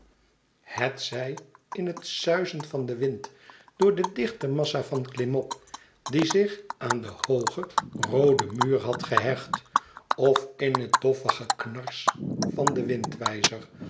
hetzij in het suizen van den wind door de dichte massa van klimop die zich aan den hoogen rooden muur had gehecht of in het doffe geknars van den